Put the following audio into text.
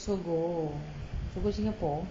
SOGO SOGO singapore